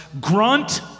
grunt